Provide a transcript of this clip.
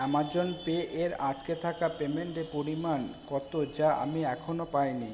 Amazon pay এর আটকে থাকা পেমেন্টের পরিমাণ কত যা আমি এখনও পাইনি